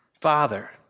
Father